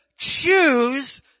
choose